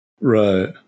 Right